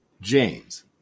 James